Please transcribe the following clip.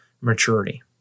maturity